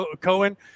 Cohen